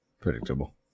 predictable